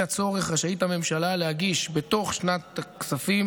הצורך רשאית הממשלה להגיש בתוך שנת הכספים